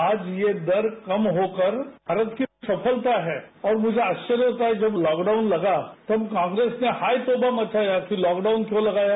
आज ये दर कम होकर भारत की सफलता है और मुझे आश्चर्य होता है जब लॉकडाउन लगा तब कांग्रेस ने हायतौबा मचाया कि लॉकडाउन क्यों लगाया